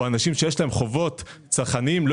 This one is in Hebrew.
או שאנשים שיש להם חובות צרכניים לא